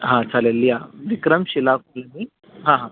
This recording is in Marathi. हां चालेल लिहा विक्रमशिला कॉलनी हां हां